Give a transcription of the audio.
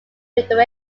middle